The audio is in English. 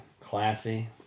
Classy